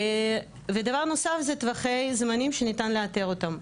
ודבר נוסף זה טווחי זמנים שניתן לאתר אותם,